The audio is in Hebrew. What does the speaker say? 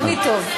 תמיד טוב.